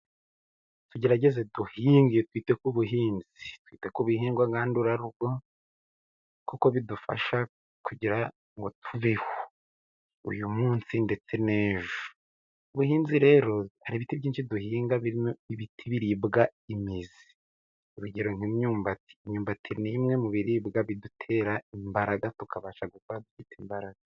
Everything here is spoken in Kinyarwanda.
Tugerageze duhinge twite ku buhinzi twita ku bihingwa ngandurarugo, kuko bidufasha kugira ngo tubeho uyu munsi ndetse n'ejo. Ubuhinzi rero hari ibiti byinshi duhinga birimo ibiti biribwa imizi urugero: nk'imyumbati. Imyumbati ni imwe mu biribwa bidutera imbaraga tukabasha gukora dufite imbaraga.